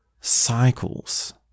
cycles